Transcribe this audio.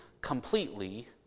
completely